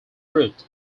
root